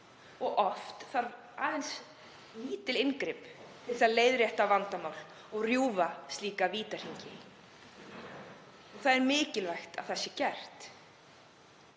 Oft þarf aðeins lítil inngrip til að leiðrétta vandamál og rjúfa slíka vítahringi og mikilvægt að það sé gert.